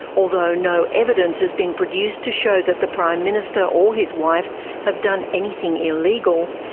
although no evidence has been produced to show that the prime minister or his wife have done anything illegal,